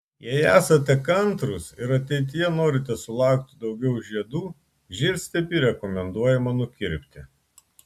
jei esate kantrūs ir ateityje norite sulaukti daugiau žiedų žiedstiebį rekomenduojama nukirpti